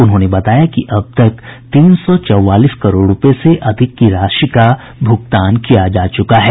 उन्होंने बताया कि अब तक तीन सौ चौवालीस करोड़ रूपये से अधिक की राशि का भुगतान किया जा चुका है